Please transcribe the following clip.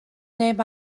neb